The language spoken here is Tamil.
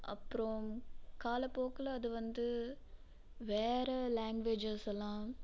அப்புறம் காலப்போக்கில் அதுவந்து வேற லாங்குவேஜஸ் எல்லாம்